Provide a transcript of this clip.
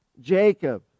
Jacob